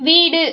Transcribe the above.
வீடு